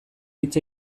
hitz